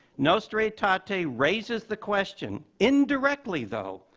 nostra aetate ah aetate raises the question, indirectly, though,